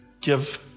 give